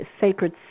sacred